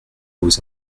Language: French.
aux